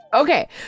Okay